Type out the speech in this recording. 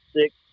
six